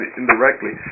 indirectly